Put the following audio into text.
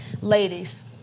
Ladies